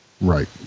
Right